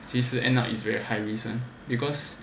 其实 end up it's very high risk [one] because